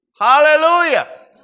Hallelujah